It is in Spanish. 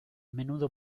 menudo